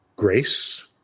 grace